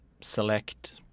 select